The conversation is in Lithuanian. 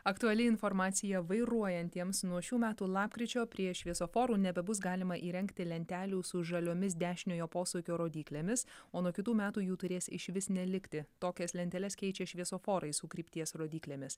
aktuali informacija vairuojantiems nuo šių metų lapkričio prie šviesoforų nebebus galima įrengti lentelių su žaliomis dešiniojo posūkio rodyklėmis o nuo kitų metų jų turės išvis nelikti tokias lenteles keičia šviesoforai su krypties rodyklėmis